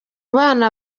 bana